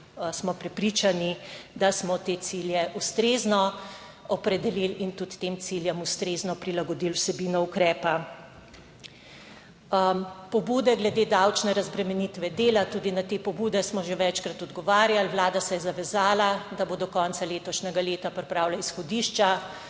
smo prepričani, da smo te cilje ustrezno opredelili in tudi tem ciljem ustrezno prilagodili vsebino ukrepa. Pobude glede davčne razbremenitve dela. Tudi na te pobude smo že večkrat odgovarjali. Vlada se je zavezala, da bo do konca letošnjega leta pripravila izhodišča,